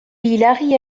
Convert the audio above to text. pilarri